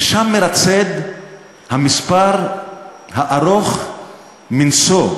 ששם מרצד המספר הארוך מנשוא,